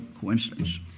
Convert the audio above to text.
coincidence